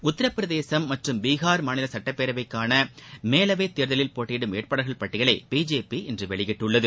உத்திர பிரதேசும் மற்றும் பீகார் மாநில சுட்டப்பேரவைக்கான மேலவை தேர்தலில் போட்டியிடும் வேட்பாளர்கள் பட்டியலை பிஜேபி இன்று வெளியிட்டுள்ளது